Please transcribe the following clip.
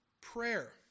prayer